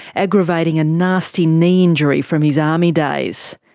aggravating a nasty knee injury from his army days.